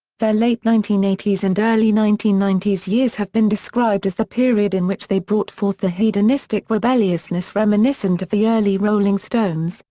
their late nineteen eighty s and early nineteen ninety s years have been described as the period in which they brought forth a hedonistic rebelliousness reminiscent of the early rolling stones,